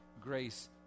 grace